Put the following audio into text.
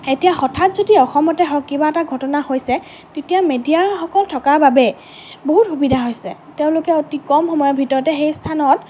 এতিয়া হঠাৎ যদি অসমতে হওঁক কিবা এটা ঘটনা হৈছে তেতিয়া মেডিয়াসকল থকাৰ বাবে বহুত সুবিধা হৈছে তেওঁলোকে অতি কম সময়ৰ ভিতৰতে সেই স্থানত